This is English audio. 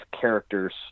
characters